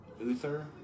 Uther